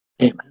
Amen